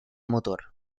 motor